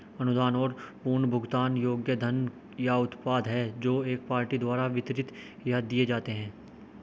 अनुदान गैर पुनर्भुगतान योग्य धन या उत्पाद हैं जो एक पार्टी द्वारा वितरित या दिए जाते हैं